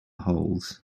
holes